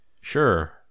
Sure